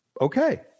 Okay